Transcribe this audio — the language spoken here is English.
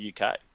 UK